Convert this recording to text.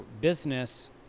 business